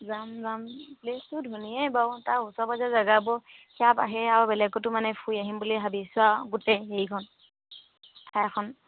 যাম যাম প্লেছটো ধুনীয়াই বাৰু তাৰ ওচৰে পাজৰে জেগাবোৰ সে সেয়া আৰু বেলেগতো মানে ফুৰি আহিম বুলি ভাবিছা আৰু গোটেই হেৰিখন ঠাইখন